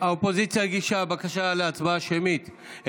האופוזיציה הגישה בקשה להצבעה שמית.